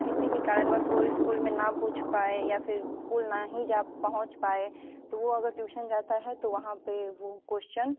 किसी भी कारणवश वो इस्कूल में ना पूछ पाए या फिर इस्कूल जा पहुँच पाए तो वो अगर ट्यूशन जाता है तो वहाँ पे वो क्वोश्चन